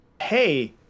hey